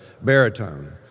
baritone